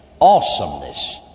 awesomeness